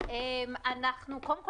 קודם כול,